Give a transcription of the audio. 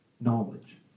knowledge